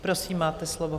Prosím, máte slovo.